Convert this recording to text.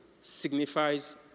signifies